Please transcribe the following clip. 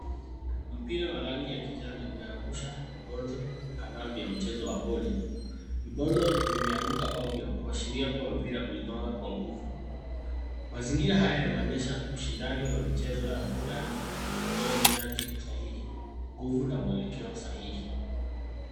Mpira wa rangi ya kijani umeangusha vibonzo kadhaa vya mchezo wa boli. Vibonzo vimeanguka au vya kuashiria kuwa mpira uligongwa kwa nguvu. Mazingira haya yanaonyesha ushindani wa michezo ya burudani unaohitaji usahihi, nguvu na mwelekeo sahihi.